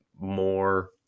more